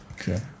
Okay